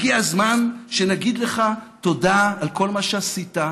הגיע הזמן שנגיד לך תודה על כל מה שעשית,